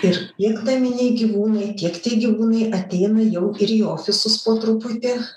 ir tiek naminiai gyvūnai tiek tie gyvūnai ateina jau ir į ofisus po truputį